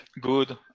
good